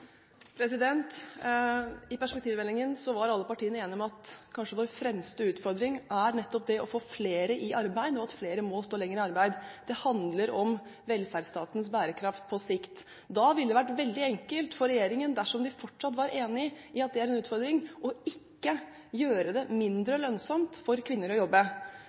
I forbindelse med perspektivmeldingen var alle partiene enige om at vår kanskje fremste utfordring er nettopp det å få flere i arbeid, og at flere må stå lenger i arbeid. Det handler om velferdsstatens bærekraft på sikt. Da ville det vært veldig enkelt for regjeringen, dersom de fortsatt er enig i at det er en utfordring, å ikke gjøre det mindre lønnsomt for kvinner å jobbe.